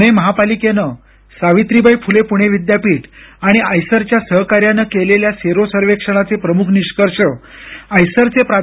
पूणे महापालिकेनं सावित्रीबाई फूले पूणे विद्यापीठ आणि आयसर च्या सहकार्यानं केलेल्या सेरो सर्वेक्षणाचे प्रमुख निष्कर्ष आयसर चे प्रा